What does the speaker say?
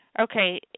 okay